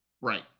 Right